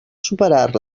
superar